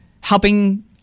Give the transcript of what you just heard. helping